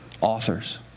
authors